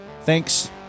Thanks